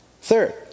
Third